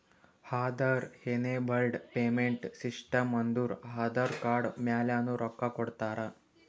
Aadhaar enabled payment system ಅಂದುರ್ Aadhaar card ಮ್ಯಾಲನು ರೊಕ್ಕಾ ಕೊಡ್ತಾರ